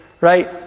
right